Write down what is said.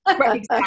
Right